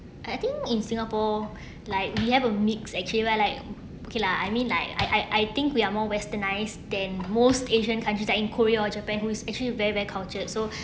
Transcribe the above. I think in singapore like we have a mix actually we're like okay lah I mean like I I I think we are more westernise than most asian countries like in korea or japan who is actually very very cultured so